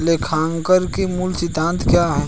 लेखांकन के मूल सिद्धांत क्या हैं?